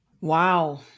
Wow